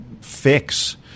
fix